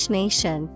nation